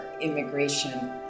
immigration